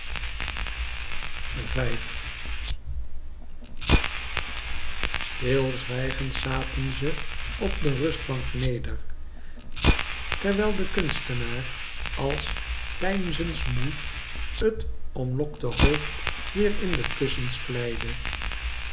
stil zwijgend zaten ze op de rustbank neder terwijl de kunstenaar als peinzensmoe t omlokte hoofd weer in de kussens